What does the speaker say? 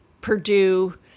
Purdue